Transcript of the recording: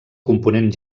component